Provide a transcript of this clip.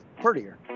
prettier